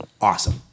awesome